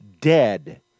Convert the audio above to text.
dead